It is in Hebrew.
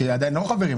כי עדיין לא חברים.